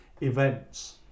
events